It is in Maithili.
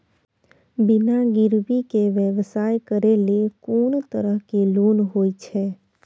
बिना गिरवी के व्यवसाय करै ले कोन तरह के लोन होए छै?